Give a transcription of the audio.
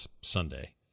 Sunday